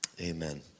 Amen